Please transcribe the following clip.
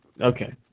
Okay